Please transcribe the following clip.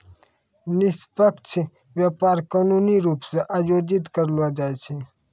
निष्पक्ष व्यापार कानूनी रूप से आयोजित करलो जाय छै